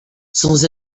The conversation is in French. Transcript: sans